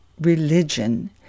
religion